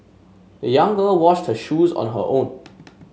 the young girl washed her shoes on her own